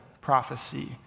prophecy